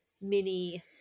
mini